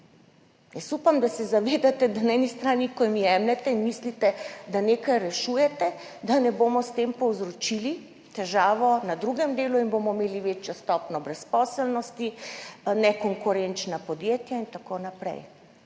Upam, da se zavedate, da na eni strani, ko jim jemljete in mislite, da nekaj rešujete, ne bomo s tem povzročili težave na drugem delu in bomo imeli večjo stopnjo brezposelnosti, nekonkurenčna podjetja in tako naprej.